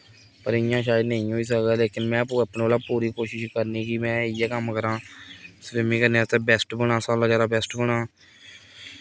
पर इ'यां शायद नेईं होई सकदा लेकिन में अपने कोला दा पूरी कोशिश करनी कि में इ'यै कम्म करांऽ स्विमिंग करने आस्तै बेस्ट बनांऽ